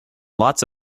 lots